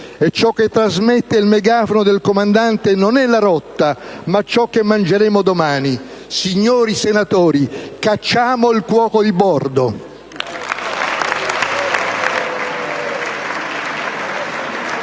e ciò che trasmette il megafono del comandante non è la rotta, ma ciò che mangeremo domani». Signori senatori, cacciamo il cuoco di bordo.